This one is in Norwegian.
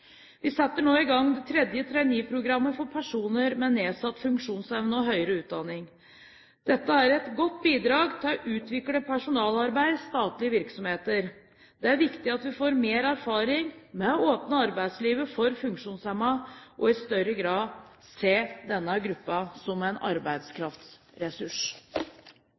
Vi setter nå i gang det tredje traineeprogrammet for personer med nedsatt funksjonsevne og høyere utdanning. Dette er et godt bidrag til å utvikle personalarbeidet i statlige virksomheter. Det er viktig at vi får mer erfaring med å åpne arbeidslivet for funksjonshemmede og i større grad ser denne gruppen som en